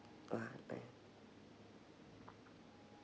!wah! nice